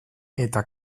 eta